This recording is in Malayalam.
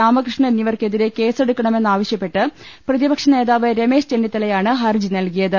രാമകൃഷ്ണൻ എന്നിവർക്കെതിരെ കേസെടുക്കണമെന്നാവശ്യപ്പെട്ട് പ്രതിപക്ഷനേതാവ് രമേശ് ചെന്നിത്തലയാണ് ഹരജി നൽകിയത്